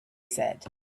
said